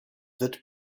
wird